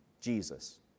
Jesus